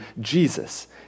Jesus